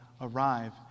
arrive